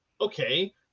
okay